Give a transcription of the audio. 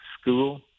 school